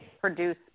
produce